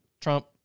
Trump